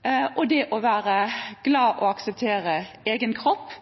og viktig å være glad i og akseptere egen kropp.